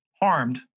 harmed